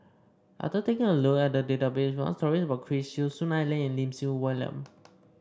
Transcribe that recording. after taking a look at the database we found stories about Chris Yeo Soon Ai Ling and Lim Siew Wai William